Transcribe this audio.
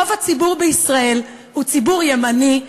רוב הציבור בישראל הוא ציבור ימני,